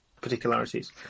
particularities